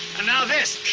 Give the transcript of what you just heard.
and now this.